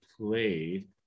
played